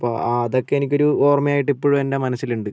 അപ്പോൾ ആ അതൊക്കെ എനിക്കൊരു ഓർമ്മയായിട്ട് ഇപ്പോഴും എൻ്റെ മനസ്സിലുണ്ട്